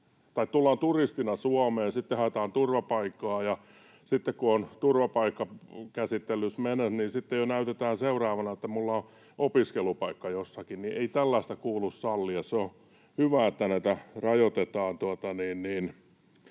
— tullaan turistina Suomeen, sitten haetaan turvapaikkaa, ja kun on turvapaikkakäsittely menossa, niin sitten jo näytetään seuraavana, että minulla on opiskelupaikka jossakin — ei tällaista kuulu sallia. Se on hyvä, että näitä rajoitetaan.